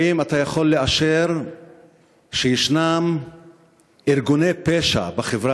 האם אתה יכול לאשר שיש ארגוני פשע בחברה